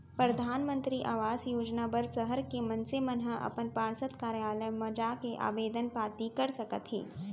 परधानमंतरी आवास योजना बर सहर के मनसे मन ह अपन पार्षद कारयालय म जाके आबेदन पाती कर सकत हे